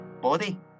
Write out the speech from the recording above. Body